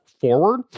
forward